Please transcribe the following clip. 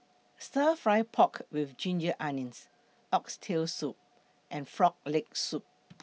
Stir Fry Pork with Ginger Onions Oxtail Soup and Frog Leg Soup